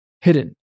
hidden